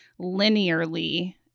linearly